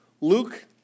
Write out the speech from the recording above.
Luke